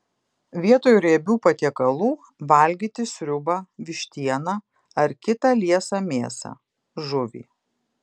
vietoj riebių patiekalų valgyti sriubą vištieną ar kitą liesą mėsą žuvį